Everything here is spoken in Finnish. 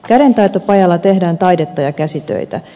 kädentaitopajalla tehdään taidetta ja käsitöitä